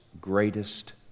greatest